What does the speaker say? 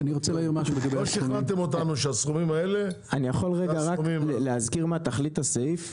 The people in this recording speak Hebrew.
לא שכנעתם אותנו שהסכומים האלה -- אני יכול רגע להזכיר מה תכלית הסעיף?